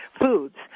foods